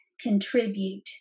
contribute